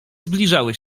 zbliżały